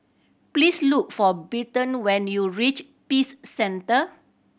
please look for Britton when you reach Peace Centre